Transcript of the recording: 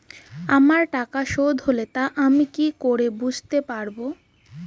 আমার টাকা শোধ হলে তা আমি কি করে বুঝতে পা?